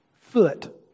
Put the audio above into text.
foot